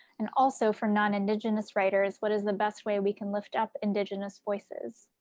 and also, for non-indigenous writers, what is the best way we can lift up indigenous voices.